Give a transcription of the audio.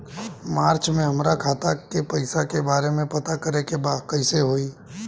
मार्च में हमरा खाता के पैसा के बारे में पता करे के बा कइसे होई?